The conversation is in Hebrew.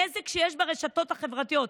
הנזק שיש ברשתות החברתיות,